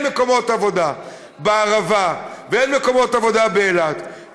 אין מקומות עבודה בערבה ואין מקומות עבודה באילת.